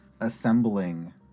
assembling